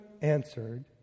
answered